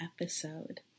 episode